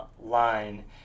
line